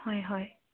হয় হয়